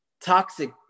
toxic